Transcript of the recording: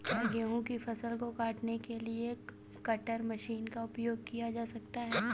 क्या गेहूँ की फसल को काटने के लिए कटर मशीन का उपयोग किया जा सकता है?